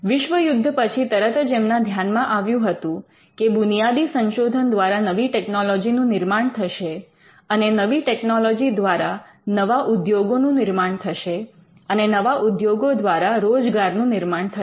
વિશ્વ યુદ્ધ પછી તરત જ એમના ધ્યાનમાં આવ્યું હતું કે બુનિયાદી સંશોધન દ્વારા નવી ટેકનોલોજી નું નિર્માણ થશે અને નવી ટેકનોલોજી દ્વારા નવા ઉદ્યોગો નું નિર્માણ થશે અને નવા ઉદ્યોગો દ્વારા રોજગારનું નિર્માણ થશે